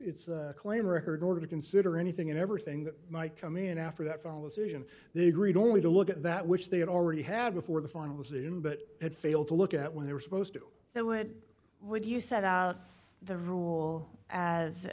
its claim record order to consider anything and everything that might come in after that fall a solution they agreed only to look at that which they had already had before the final decision but it failed to look at what they were supposed to do that would would you set out the rule as